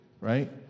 right